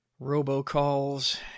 robocalls